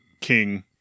King